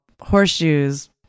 horseshoes